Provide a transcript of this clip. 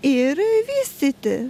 ir vystyti